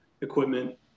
equipment